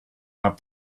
have